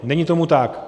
Není tomu tak.